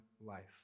life